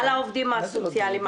על העובדים הסוציאליים,